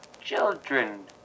children